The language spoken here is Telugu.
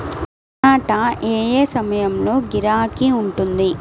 టమాటా ఏ ఏ సమయంలో గిరాకీ ఉంటుంది?